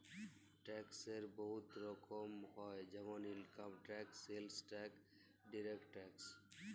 ট্যাক্সের বহুত রকম হ্যয় যেমল income tax, sales tax, direct tax